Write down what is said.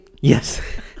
Yes